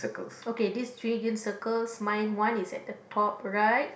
okay these three green circles my one is at the top right